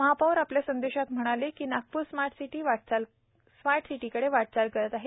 महापौर आपल्या संदेशात म्हणाले की नागप्र स्मार्ट सिटी वाटचाल करीत आहे